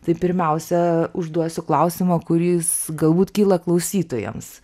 tai pirmiausia užduosiu klausimą kuris galbūt kyla klausytojams